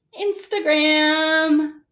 Instagram